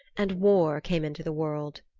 and war came into the world.